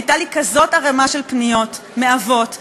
הייתה לי כזאת ערימה של פניות מאבות ששאלו,